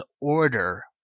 order